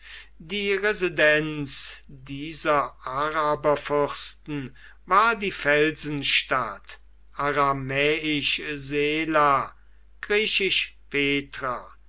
die residenz dieser araberfürsten war die felsenstadt aramäisch sela